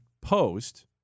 post